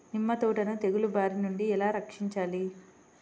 నిమ్మ తోటను తెగులు బారి నుండి ఎలా రక్షించాలి?